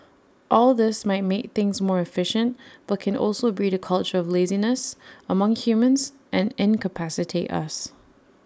all this might make things more efficient but can also breed A culture of laziness among humans and incapacitate us